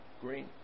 green